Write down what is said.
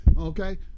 okay